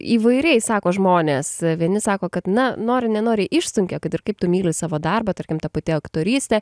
įvairiai sako žmonės vieni sako kad na nori nenori išsunkia kad ir kaip tu myli savo darbą tarkim ta pati aktorystė